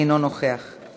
אינו נוכח.